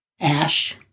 ash